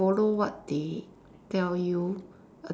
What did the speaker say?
follow what they tell you